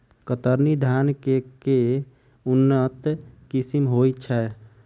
कतरनी धान केँ के उन्नत किसिम होइ छैय?